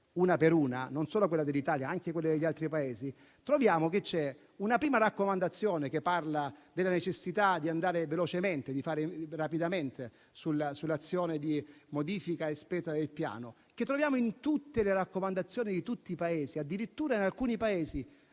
una per una - non solo quella dell'Italia, ma anche quelle degli altri Paesi - vediamo c'è una prima raccomandazione che parla della necessità di andare velocemente e di fare rapidamente nell'azione di modifica e spesa del piano, che troviamo nelle raccomandazioni rivolte a tutti i Paesi. Addirittura in alcuni Paesi,